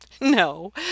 No